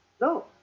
No